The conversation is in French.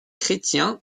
chrétien